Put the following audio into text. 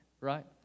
right